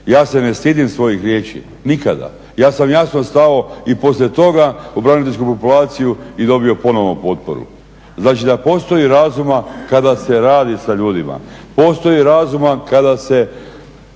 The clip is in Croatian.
Ja se ne stidim svojih riječi nikada, ja sam jasno stao i poslije toga u braniteljsku populaciju i dobio ponovo potporu. Znači da postoji razuma kada se radi sa ljudima, postoji razuma kada se